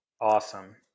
awesome